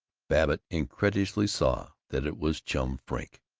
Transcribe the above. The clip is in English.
babbitt incredulously saw that it was chum frink.